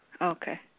Okay